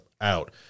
out